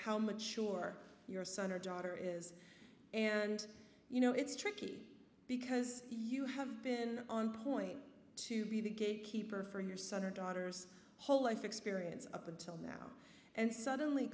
how mature your son or daughter is and you know it's tricky because you have been on point to be the gate keeper for your son or daughter's whole life experience up until now and suddenly